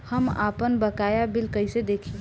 हम आपनबकाया बिल कइसे देखि?